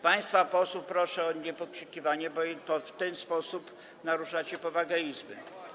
Państwa posłów proszę o niepokrzykiwanie, bo w ten sposób naruszacie powagę Izby.